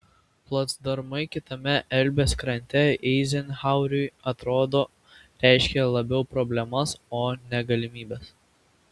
placdarmai kitame elbės krante eizenhaueriui atrodo reiškė labiau problemas o ne galimybes